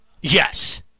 Yes